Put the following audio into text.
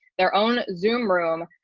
their own zoom room,